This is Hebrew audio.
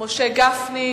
משה גפני,